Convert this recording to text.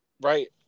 Right